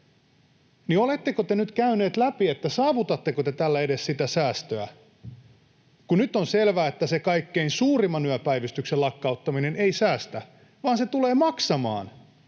niin oletteko te nyt käyneet läpi, saavutatteko te tällä edes sitä säästöä? Kun nyt on selvää, että kaikkein suurimman yöpäivystyksen lakkauttaminen ei säästä vaan se tulee maksamaan